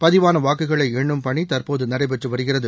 பதிவானவாக்குகளைண்ணும் பணிதற்போதுநடைபெற்றுவருகிறது